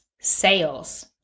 sales